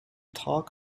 talk